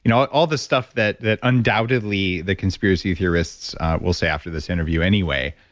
you know ah all this stuff that that undoubtedly the conspiracy theorists will say after this interview anyway.